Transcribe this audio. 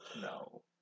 no